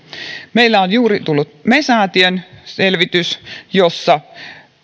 meillä on juuri tullut me säätiön selvitys jossa